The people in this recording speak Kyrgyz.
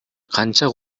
канча